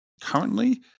currently